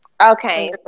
Okay